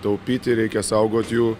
taupyti reikia saugot jų